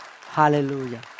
Hallelujah